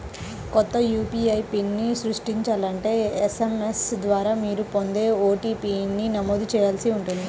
కొత్త యూ.పీ.ఐ పిన్ని సృష్టించాలంటే ఎస్.ఎం.ఎస్ ద్వారా మీరు పొందే ఓ.టీ.పీ ని నమోదు చేయాల్సి ఉంటుంది